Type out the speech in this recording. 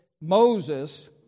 Moses